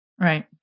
Right